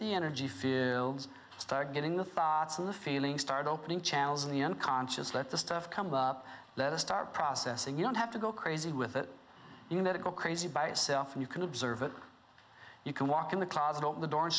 the energy fields start getting the thoughts and the feelings start opening channels in the end conscious that the stuff comes up let us start processing you don't have to go crazy with it you let it go crazy by itself and you can observe it you can walk in the closet open the door